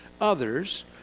others